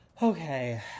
Okay